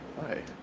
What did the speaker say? hi